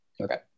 Okay